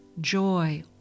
joy